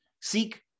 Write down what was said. seek